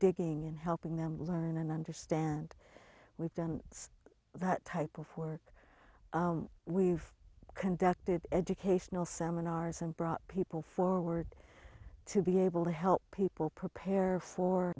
digging and helping them learn and understand we've done that type of work we've conducted educational seminars and brought people forward to be able to help people prepare for